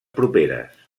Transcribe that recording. properes